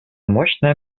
мощная